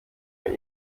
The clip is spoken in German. ein